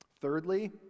Thirdly